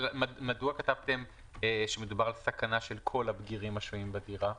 מדוע כתבתם שמדובר על סכנה של כל הבגירים השוהים בדירה?